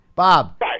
Bob